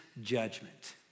judgment